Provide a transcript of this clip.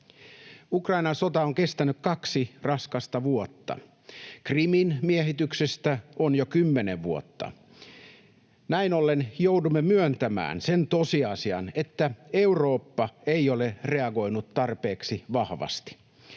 Ukrainan sota on kestänyt kaksi raskasta vuotta. Krimin miehityksestä on jo kymmenen vuotta. Näin ollen joudumme myöntämään sen tosiasian, että Eurooppa ei ole reagoinut tarpeeksi vahvasti.